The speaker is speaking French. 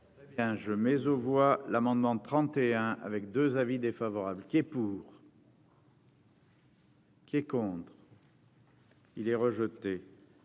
jeu mais aux voix l'amendement 31 avec 2 avis défavorables qui est pour. Qui est contre. Il est rejeté,